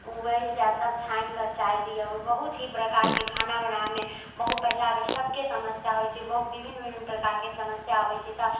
उबलि जाएत तब छानि कऽ चाय दियौ बहुत ही प्रकारके खाना बनाबैमे बहुत पहिला बेर सबके समस्या होइत छै बहुत विभिन्न विभिन्न प्रकारके समस्या अबैत छै तऽ